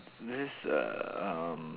this uh um